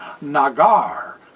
nagar